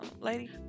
lady